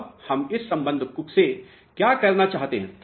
अब हम इस सम्बन्ध से क्या करना चाहते हैं